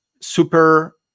super